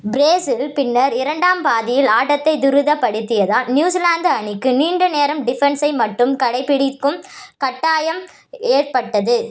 Brazil பின்னர் இரண்டாம் பாதியில் ஆட்டத்தை துரிதப்படுத்தியதால் நியூசிலாந்து அணிக்கு நீண்ட நேரம் டிஃபென்சை மட்டும் கடைபிடிக்கும் கட்டாயம் ஏற்பட்டது